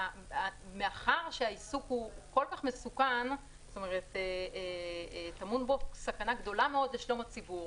מאחר שהעיסוק כל-כך מסוכן וטמונה בו סכנה גדולה מאוד לשלום הציבור